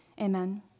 amen